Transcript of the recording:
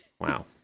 Wow